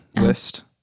list